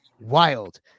wild